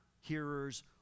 hearers